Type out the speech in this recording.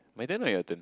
by then we have the